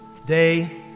today